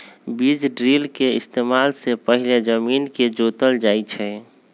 बीज ड्रिल के इस्तेमाल से पहिले जमीन के जोतल जाई छई